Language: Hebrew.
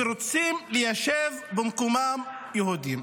ורוצים ליישב במקומם יהודים.